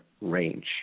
range